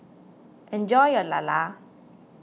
enjoy your Lala